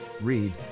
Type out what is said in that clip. Read